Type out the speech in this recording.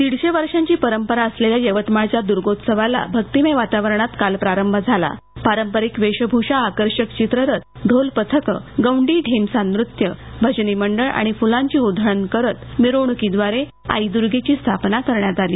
दीडशे वर्षाची परंपरा असलेल्या यवतमाळघ्या दुर्गोत्सवाला भक्तीमय वातावरणात काल प्रारंभ झाला असून पारंपारिक वेशभूषा आकर्षक चित्ररथ ढोल पथक गोंडी ढेमसा नृत्य भजनी मंडळ आणि फुलांची उधळण करीत मिखणुकींद्वारे आई दूर्गेची स्थापना करण्यात आली